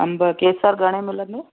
अंब केसर घणे मिलंदा